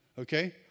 Okay